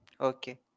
Okay